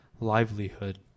livelihood